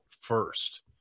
first